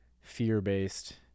fear-based